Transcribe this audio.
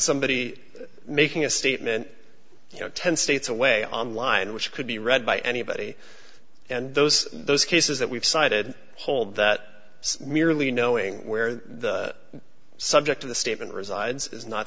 somebody making a statement you know ten states away online which could be read by anybody and those those cases that we've cited hold that merely knowing where the subject of the statement resides is not